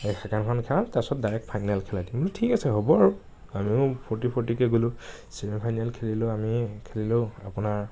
এই ছেকেণ্ডখন খেলাম তাৰ পিছত ডাইৰেক্ট ফাইনেল খেলাই দিম মই বোলো ঠিক আছে হ'ব আৰু আমিও ফুৰ্তি ফূৰ্তিকে গলোঁ চেমিফাইনেল খেলিলোঁ আমি খেলিলোঁ আপোনাৰ